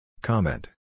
Comment